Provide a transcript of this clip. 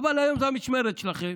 אבל היום זו המשמרת שלכם.